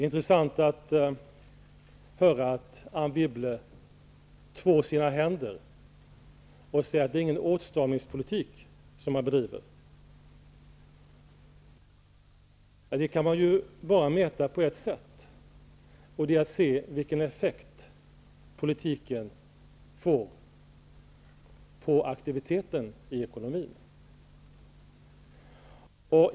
Herr talman! Det är intressant att höra att Anne Wibble tvår sina händer och säger att det inte är någon åtstramningspolitik som regeringen bedriver. Det kan man ju bara mäta på ett sätt, nämligen genom att se vilken effekt politiken får på aktiviteten i ekonomin.